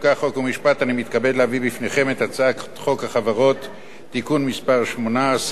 חוק ומשפט אני מתכבד להביא בפניכם את הצעת חוק החברות (תיקון מס' 18),